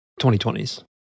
2020s